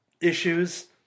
issues